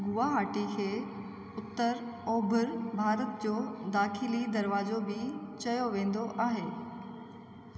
गुवाहाटी खे उत्तर ओभर भारत जो दाख़िली दरवाजो बि चयो वेंदो आहे